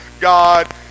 God